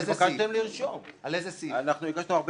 אנחנו מצביעים על הסתייגויות בעקרון.